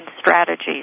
strategies